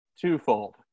twofold